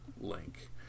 Link